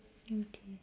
okay